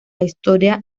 historia